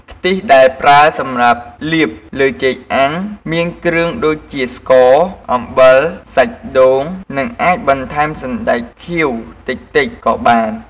ខ្ទិះដែលប្រើសម្រាប់លាបលើចេកអាំង មានគ្រឿងដូចជាស្ករ អំបិល សាច់ដូង និងអាចបន្ថែមសណ្តែកខៀវតិចៗក៏បាន។